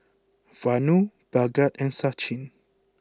Vanu Bhagat and Sachin